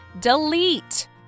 Delete